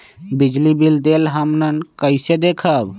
बिजली बिल देल हमन कईसे देखब?